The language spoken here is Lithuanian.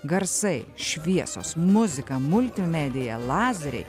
garsai šviesos muzika multimedija lazeriai